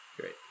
Great